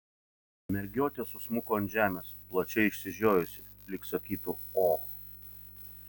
mergiotė susmuko ant žemės plačiai išsižiojusi lyg sakytų o